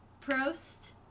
Prost